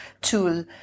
tool